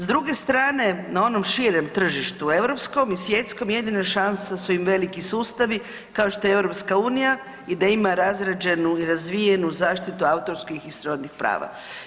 S druge strane, na onom širem tržištu europskom i svjetskom jedina šansa su im veliki sustavi kao što je EU i da ima razrađenu i razvijenu zaštitu autorskih i srodnih prava.